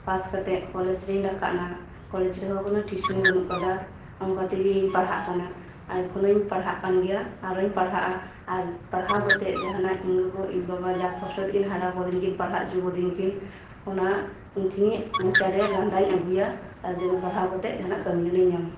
ᱯᱟᱥ ᱠᱟᱛᱮᱫ ᱠᱚᱞᱮᱡ ᱨᱮᱧ ᱨᱟᱠᱟᱵᱮᱱᱟ ᱠᱚᱞᱮᱡ ᱨᱮᱦᱚᱸ ᱠᱚᱱᱚ ᱴᱤᱣᱥᱩᱱᱤ ᱵᱟᱹᱱᱩᱜ ᱟᱠᱟᱫᱟ ᱚᱱᱠᱟ ᱛᱤᱜᱤᱧ ᱯᱟᱲᱦᱟᱜ ᱠᱟᱱᱟ ᱟᱨ ᱮᱠᱷᱚᱱᱚᱧ ᱯᱟᱲᱦᱟᱜ ᱠᱟᱱᱜᱮᱭᱟ ᱟᱨᱚᱧ ᱯᱟᱲᱦᱟᱜ ᱟ ᱟᱨ ᱯᱟᱲᱦᱟᱣ ᱠᱟᱛᱮᱫ ᱡᱟᱦᱟᱱᱟᱜ ᱤᱧ ᱜᱚᱜᱚ ᱤᱧ ᱵᱟᱵᱟ ᱡᱟ ᱠᱚᱥᱴᱚ ᱛᱮᱠᱤᱱ ᱦᱟᱨᱟᱣᱟᱫᱤᱧᱟᱹ ᱯᱟᱲᱦᱟᱣ ᱩᱪᱩ ᱟᱠᱟᱣᱫᱤᱧᱟᱹᱠᱤᱱ ᱚᱱᱟ ᱩᱱᱠᱤᱱᱤᱧ ᱢᱚᱪᱟᱨᱮ ᱞᱟᱸᱫᱟᱧ ᱟᱹᱜᱩᱣᱟ ᱟᱨ ᱡᱮᱱᱚ ᱯᱟᱲᱦᱟᱣ ᱠᱟᱛᱮᱫ ᱡᱟᱦᱟᱱᱟᱜ ᱠᱟᱹᱢᱤ ᱡᱮᱱᱚᱧ ᱧᱟᱢ